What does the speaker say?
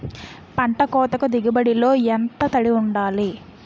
పంట కోతకు దిగుబడి లో ఎంత తడి వుండాలి?